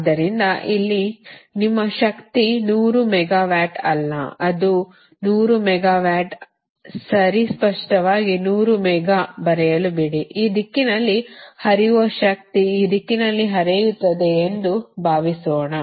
ಆದ್ದರಿಂದ ಇಲ್ಲಿ ನಿಮ್ಮ ಶಕ್ತಿ 100 ಮೆಗಾವ್ಯಾಟ್ ಅಲ್ಲ ಅದು 100 ಮೆಗಾವ್ಯಾಟ್ ಅಲ್ಲ ಸರಿ ಸ್ಪಷ್ಟವಾಗಿ 100 ಮೆಗಾ ಬರೆಯಲು ಬಿಡಿ ಈ ದಿಕ್ಕಿನಲ್ಲಿ ಹರಿಯುವ ಶಕ್ತಿ ಈ ದಿಕ್ಕಿನಲ್ಲಿ ಹರಿಯುತ್ತದೆ ಎಂದು ಭಾವಿಸೋಣ